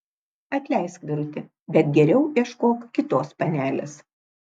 atleisk vyruti bet geriau ieškok kitos panelės